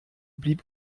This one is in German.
blieb